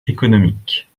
économique